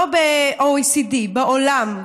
לא ב-OECD, בעולם.